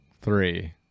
three